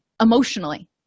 emotionally